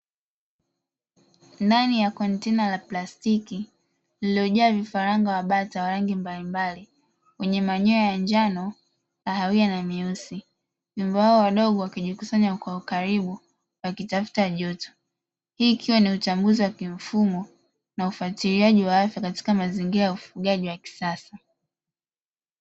Ndani ya kontena la plastiki lililojaa vifaranga wa bata wa rangi mbalimbali wenye manyoya ya njano, kahawia na meusi. Wengi wao wadogo wakijikusanya kwa ukaribu wakitafuta joto. Hii ikiwa ni uchambuzi wa kimfumo na ufuatiliaji wa afya katika mazingira ya ufugaji wa kisasa.